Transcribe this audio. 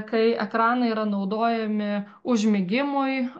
kai ekranai yra naudojami užmigimui